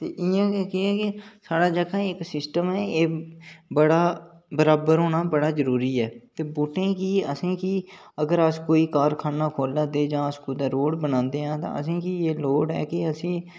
ते इयां कि कियां कि साढ़े जेह्का इक सिस्टम ऐ एह् बडा बराबर होना बडा जरूरी ऐ ते बूहटें गी असें गी अगर अस कोई कारखाना खोह्ल्ल दे जां अस कुतै कोई रोड़ बना दे असें गी एह् लोड़ ऐ कि